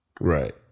Right